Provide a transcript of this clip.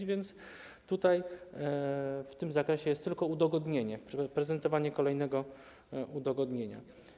A więc w tym zakresie jest tylko udogodnienie, prezentowanie kolejnego udogodnienia.